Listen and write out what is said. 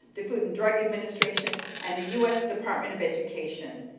the food and drug administration and the us department of education.